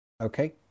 Okay